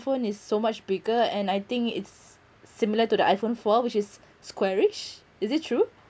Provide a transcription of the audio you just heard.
phone is so much bigger and I think it's similar to the iphone four which is squarish is it true